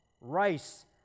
rice